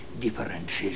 differences